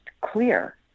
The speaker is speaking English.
clear